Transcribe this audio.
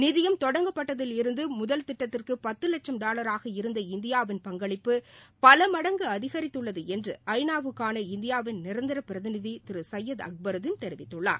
நிதியம் தொடங்கப்பட்டதில் இருந்து முதல் திட்டத்திற்கு பத்து லட்சம் டாலராக இருந்தஇந்தியாவின் பங்களிப்பு பல மடங்கு அதிகரித்துள்ளது என்று ஐநாவுக்கான இந்தியாவின் நிரந்தர பிரதிநிதி திரு சையத் அக்பருதீன் தெரிவித்துள்ளார்